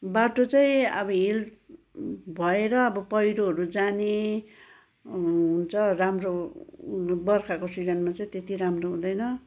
बाटो चाहिँ अब हिल्स भएर अब पहिरोहरू जाने हुन्छ राम्रो बर्खाको सिजनमा चाहिँ त्यति राम्रो हुँदैन